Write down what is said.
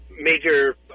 major